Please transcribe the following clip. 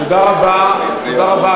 תודה רבה, תודה רבה.